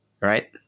right